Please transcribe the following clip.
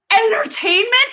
Entertainment